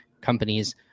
companies